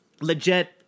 Legit